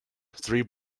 three